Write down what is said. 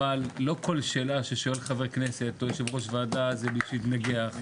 אבל לא כל שאלה ששואל חבר כנסת או יושב ראש ועדה זה בשביל להתנגח.